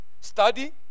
study